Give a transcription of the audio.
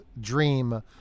dream